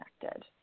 connected